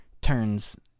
turns